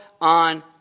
on